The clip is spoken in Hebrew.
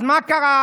אז מה קרה?